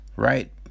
right